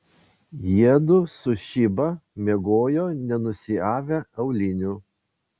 jiedu su šiba miegojo nenusiavę aulinių